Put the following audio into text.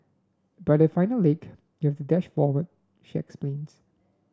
but at final leg you have dash forward she explains